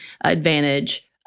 advantage